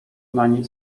nań